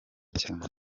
cyane